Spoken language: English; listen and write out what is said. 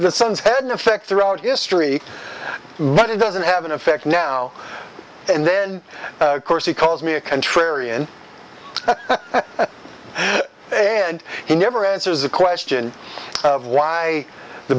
the sun's had no effect throughout history but it doesn't have an effect now and then of course he calls me a contrarian and he never answers the question of why the